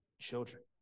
children